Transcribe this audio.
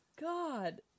God